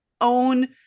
own